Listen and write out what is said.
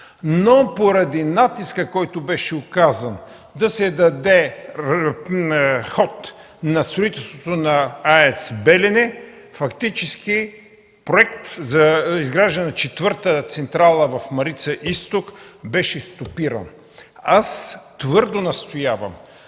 Но поради натискът, който беше оказан, да се даде ход на строителството на АЕЦ ”Белене”, фактически проекта за изграждане на четвърта централа в „Марица Изток” беше стопиран. Твърдо настоявам